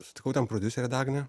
sutikau ten prodiuserė dagnė